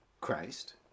christ